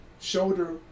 shoulder